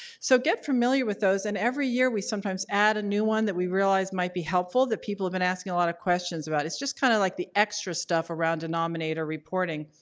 so get familiar with those. and every year, we sometimes add a new one that we realize might be helpful that people have been asking a lot of questions about. it's just kind of like the extra stuff around denominator reporting.